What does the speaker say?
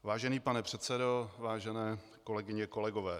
Vážený pane předsedo, vážené kolegyně, kolegové.